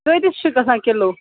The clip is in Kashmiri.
کۭتِس چھِ گژھان کِلوٗ